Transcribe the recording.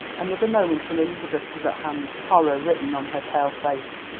another moment and elizabeth was at hand, horror written on her pale face.